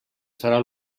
serà